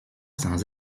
sans